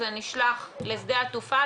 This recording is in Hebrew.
זה נשלח לשדה התעופה.